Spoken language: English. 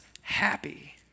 happy